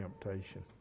temptation